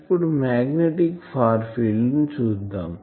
ఇప్పుడు magnetic far field ని చూద్దాం